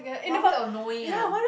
one week of knowing ah